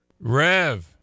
Rev